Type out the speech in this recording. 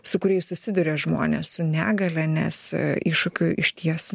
su kuriais susiduria žmonės su negalia nes iššūkių išties